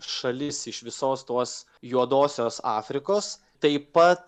šalis iš visos tos juodosios afrikos taip pat